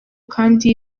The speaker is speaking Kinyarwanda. kandi